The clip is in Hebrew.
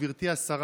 גברתי השרה,